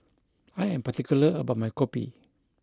I am particular about my Kopi